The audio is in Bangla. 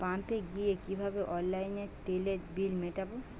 পাম্পে গিয়ে কিভাবে অনলাইনে তেলের বিল মিটাব?